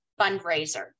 fundraiser